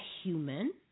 human